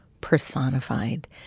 personified